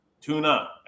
tuna